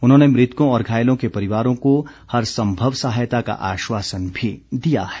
उन्होंने मृतकों और घायलों के परिवारों को हर संभव सहायता का आश्वासन भी दिया है